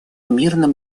мирным